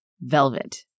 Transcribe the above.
Velvet